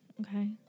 Okay